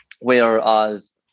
whereas